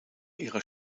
ihrer